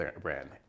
Brand